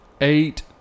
eight